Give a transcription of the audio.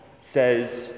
says